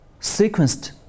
sequenced